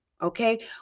okay